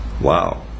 Wow